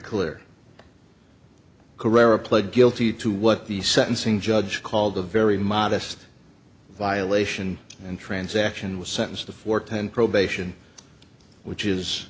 pled guilty to what the sentencing judge called a very modest violation and transaction was sentenced to four ten probation which is